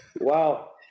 Wow